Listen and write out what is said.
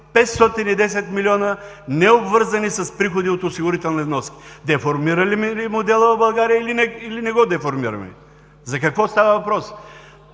510 милиона необвързани с приходи от осигурителни вноски. Деформираме ли модела в България, или не го деформираме? За какво става въпрос?